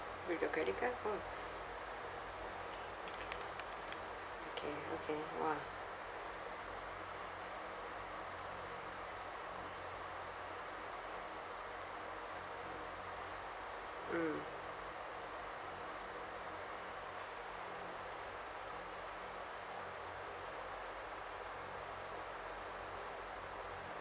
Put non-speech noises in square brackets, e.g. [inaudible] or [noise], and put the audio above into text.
with your credit card orh [noise] okay okay !wah! mm